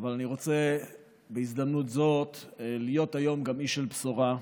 אבל אני רוצה בהזדמנות הזאת להיות היום גם איש של בשורה.